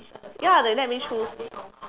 ya they let me choose